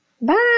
bye